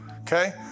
okay